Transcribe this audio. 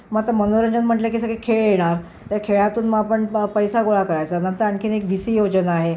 म आता मनोरंजन म्हटलं की सगळे खेळ येणार त्या खेळातून म आपण प पैसा गोळा करायचा नंतर आणखीन एक भिसी योजना आहे